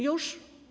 Już?